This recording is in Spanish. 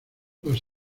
los